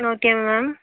ஓகேங்க மேம்